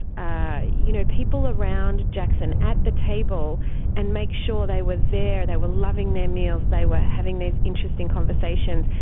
ah you know people around jackson at the table and make sure they were there, they were loving their meals, they were having those interesting conversations.